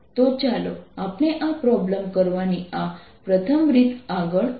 તો ચાલો આપણે આ પ્રોબ્લેમ કરવાની આ પ્રથમ રીત આગળ વધીએ